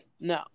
No